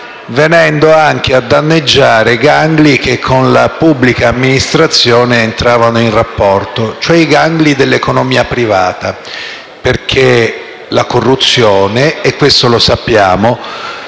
venendo anche a danneggiare gangli che con la pubblica amministrazione entravano in rapporto, cioè i gangli dell'economia privata, perché la corruzione, e questo lo sappiamo,